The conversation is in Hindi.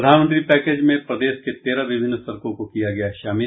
प्रधानमंत्री पैकेज में प्रदेश के तेरह विभिन्न सड़कों को किया गया शामिल